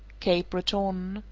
cape breton.